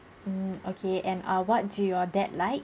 mm okay and ah what do your dad like